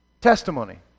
testimony